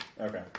Okay